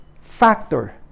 factor